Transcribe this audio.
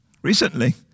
Recently